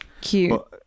cute